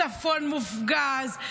הצפון מופגז,